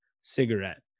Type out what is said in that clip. cigarette